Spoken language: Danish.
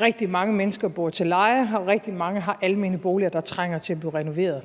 rigtig mange mennesker bor til leje, og rigtig mange har almene boliger, der trænger til at blive renoveret.